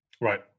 Right